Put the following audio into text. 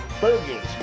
burgers